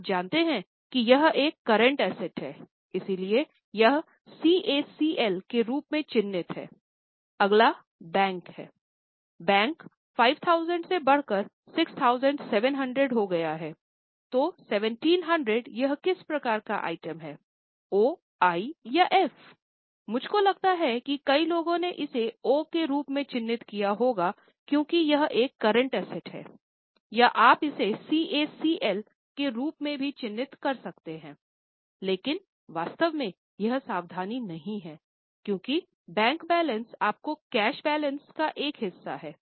आप जानते हैं कि यह एक करंट एसेट है या आप इसे CACL के रूप में भी चिह्नित कर सकते हैं लेकिन वास्तव में यह सावधानी नहीं है क्योंकि बैंक बैलेंस आपके कैश बैलेंस का एक हिस्सा है